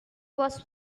was